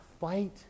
fight